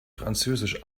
französisch